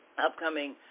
upcoming